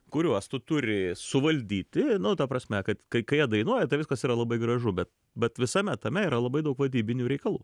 kuriuos tu turi suvaldyti nu ta prasme kad kai kai jie dainuoja tai viskas yra labai gražu bet bet visame tame yra labai daug vadybinių reikalų